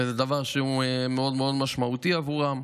וזה דבר שהוא מאוד מאוד משמעותי בעבורם.